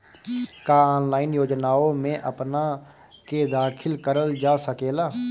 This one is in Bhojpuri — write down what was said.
का ऑनलाइन योजनाओ में अपना के दाखिल करल जा सकेला?